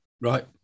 Right